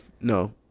no